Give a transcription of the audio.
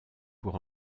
pour